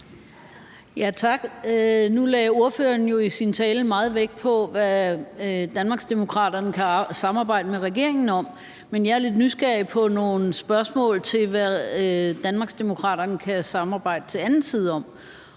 Tak. Nu lagde ordføreren jo i sin tale meget vægt på, hvad Danmarksdemokraterne kan samarbejde med regeringen om, men jeg er lidt nysgerrig på spørgsmålet om, hvad Danmarksdemokraterne kan samarbejde om til anden side.